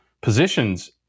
positions